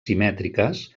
simètriques